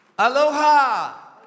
Aloha